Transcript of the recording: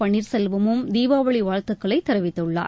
பன்னீர் செல்வமும் தீபாவளி வாழ்த்துக்களை தெரிவித்துள்ளார்